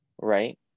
Right